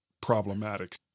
problematic